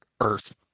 Earth